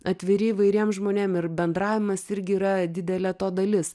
atviri įvairiem žmonėm ir bendravimas irgi yra didelė to dalis